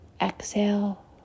Exhale